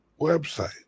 website